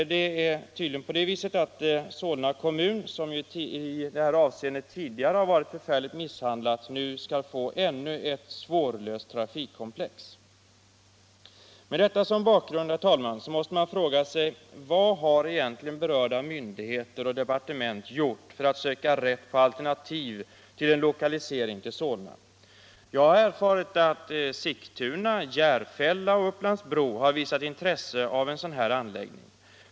Det är tydligen på det viset att Solna kommun, som i det här avseendet tidigare har varit förfärligt misshandlad, nu skall få ännu ett svårlöst trafikkomplex. Med detta som bakgrund, herr talman, måste man fråga sig: Vad har egentligen berörda myndigheter och departement gjort för att söka rätt på alternativ till en lokalisering till Solna? Jag har erfarit att Sigtuna, Järfälla och Upplands-Bro har visat intresse för en sådan här anläggning.